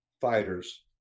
fighters